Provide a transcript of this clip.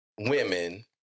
women